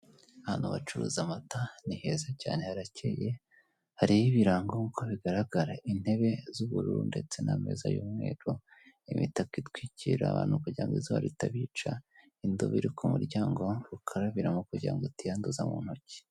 Ahantu hacuruza amata ni heza cyane harakeye hariho ibirango nk'uko bigaragara, intebe z'ubururu ndetse n'ameza y'umweru, imitaka itwikira abantu kugira ngo izuba ritabica, indobo iri ku muryango ukarabiramo kugira ngo utiyanduza mu ntoki.